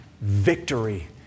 victory